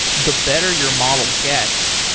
the better your model gets,